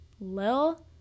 Lil